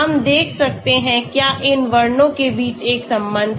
हम देख सकते हैं क्या इन वर्णनों के बीच एक संबंध है